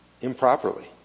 improperly